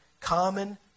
common